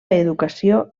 educació